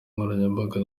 nkoranyambaga